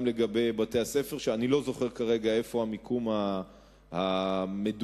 אני לא זוכר היכן המיקום המדויק